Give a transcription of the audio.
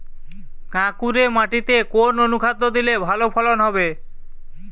কাঁকুরে মাটিতে কোন অনুখাদ্য দিলে ভালো ফলন হবে?